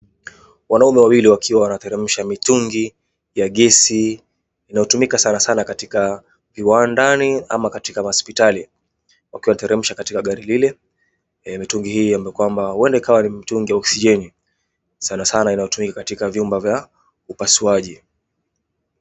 Wanaume wawili wakiwa wanateremsha mitungi ya gesi inayotumika sanasana katika viwandani ama katika maspitali, wakiyateremsha katika gari lile. Mitungi hii huenda ikawa mitungi ya oksijeni sanasana inayotumika katika vyumba vya upasuaji.